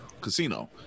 casino